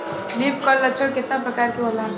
Leaf curl लक्षण केतना परकार के होला?